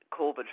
COVID